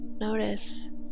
Notice